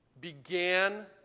began